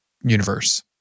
universe